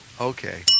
Okay